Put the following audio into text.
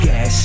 Gas